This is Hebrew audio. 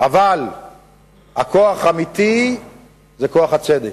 אבל הכוח האמיתי זה כוח הצדק.